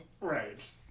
Right